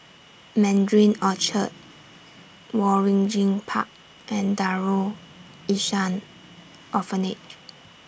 Mandarin Orchard Waringin Park and Darul Ihsan Orphanage